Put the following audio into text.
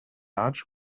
large